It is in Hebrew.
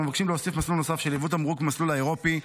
אנו מבקשים להוסיף מסלול נוסף של יבוא תמרוק במסלול האירופי.